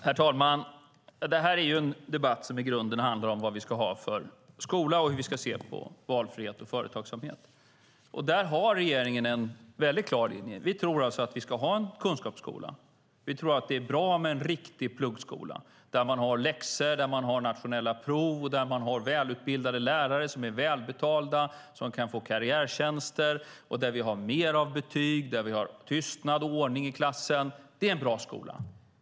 Herr talman! Det här är en debatt som i grunden handlar om vad vi ska ha för skola och hur vi ska se på valfrihet och företagsamhet. Där har regeringen en väldigt klar linje - vi tror att vi ska ha en kunskapsskola. Vi tror att det är bra med en riktig pluggskola där vi har läxor, där vi har nationella prov och där vi har välutbildade lärare som är välbetalda och kan få karriärtjänster, där vi har mer av betyg och där vi har tystnad och ordning i klassen. Det är en bra skola.